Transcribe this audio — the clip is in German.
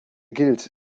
gilt